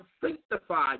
sanctified